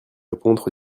répondre